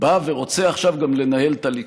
בא ורוצה עכשיו גם לנהל את הליכוד,